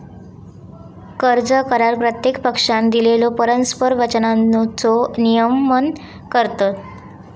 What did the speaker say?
कर्ज करार प्रत्येक पक्षानं दिलेल्यो परस्पर वचनांचो नियमन करतत